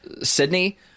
Sydney